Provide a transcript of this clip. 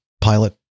Pilot